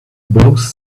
both